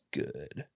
good